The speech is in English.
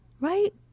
Right